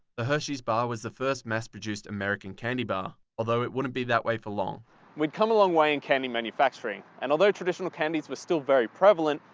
the hershey's bar was the first mass produced american candy bar, although it wouldn't be that way for long. we had come a long way in candy manufacturing and although traditional candies were still very prevalent,